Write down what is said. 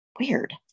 weird